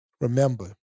Remember